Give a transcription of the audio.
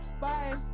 Bye